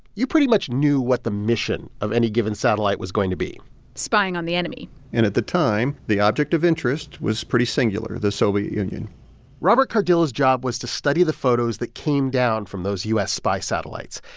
you pretty much knew what the mission of any given satellite was going to be spying on the enemy and at the time, the object of interest was pretty singular the soviet union robert cardillo's job was to study the photos that came down from those u s. spy satellites.